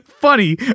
funny